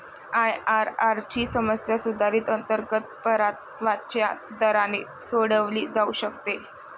IRR ची समस्या सुधारित अंतर्गत परताव्याच्या दराने सोडवली जाऊ शकते